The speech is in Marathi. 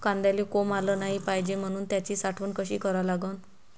कांद्याले कोंब आलं नाई पायजे म्हनून त्याची साठवन कशी करा लागन?